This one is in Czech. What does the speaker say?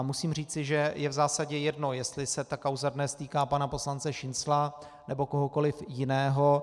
Musím říci, že je v zásadě jedno, jestli se ta kauza dnes týká pana poslance Šincla, nebo kohokoli jiného.